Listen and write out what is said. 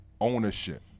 ownership